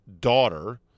daughter